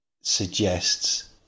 suggests